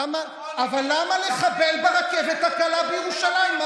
למה לחבל ברכבת הקלה בירושלים?